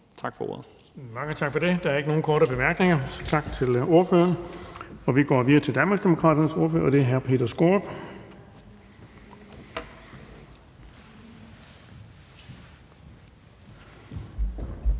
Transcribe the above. Bonnesen): Mange tak for det. Der er ikke nogen korte bemærkninger, så tak til ordføreren. Og vi går videre til Danmarksdemokraternes ordfører, og det er hr. Peter Skaarup.